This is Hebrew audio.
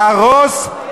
להרוס,